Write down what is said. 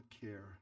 care